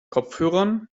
kopfhörern